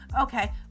Okay